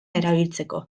erabiltzeko